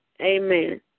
Amen